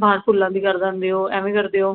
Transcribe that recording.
ਬਾਹਰ ਫੁੱਲਾਂ ਦੀ ਕਰ ਦਿੰਦੇ ਹੋ ਐਵੇਂ ਕਰ ਦਿਉ